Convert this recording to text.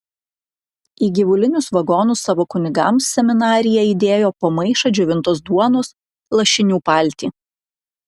į gyvulinius vagonus savo kunigams seminarija įdėjo po maišą džiovintos duonos lašinių paltį